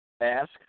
ask